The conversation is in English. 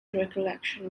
recollection